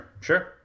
Sure